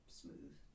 smooth